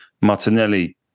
Martinelli